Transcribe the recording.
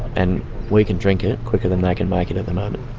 and we can drink it quicker than they can make it at the moment.